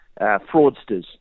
fraudsters